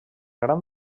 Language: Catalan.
gran